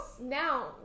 now